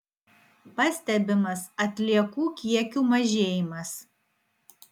pastebimas atliekų kiekių mažėjimas